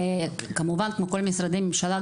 כמובן כמו כל משרדי הממשלה,